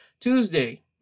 Tuesday